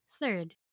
Third